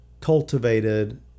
cultivated